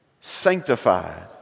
sanctified